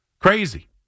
Crazy